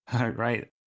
Right